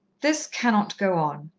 this cannot go on.